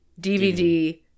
DVD